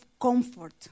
comfort